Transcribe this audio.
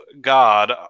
God